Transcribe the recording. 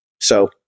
So-